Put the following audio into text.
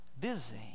busy